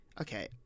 okay